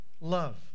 love